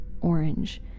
orange